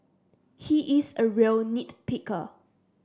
he is a real nit picker